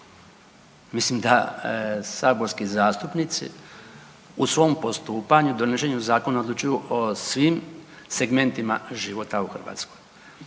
Mislim da saborski zastupnici u svom postupanju, donošenju zakona odlučuju o svim segmentima života u Hrvatskoj